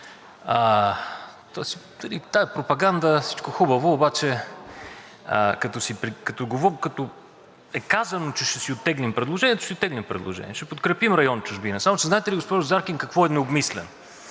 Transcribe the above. Тази пропаганда – всичко хубаво, обаче като е казано, че ще си оттеглим предложението – ще си оттеглим предложението, ще подкрепим район „Чужбина“. Само че, знаете ли, госпожо Заркин, какво е необмислено?